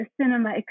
cinema